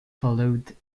followed